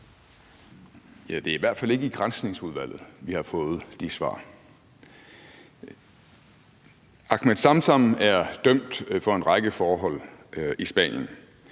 det er i hvert fald ikke i Granskningsudvalget, vi har fået de svar. Ahmed Samsam er dømt for en række forhold i Spanien,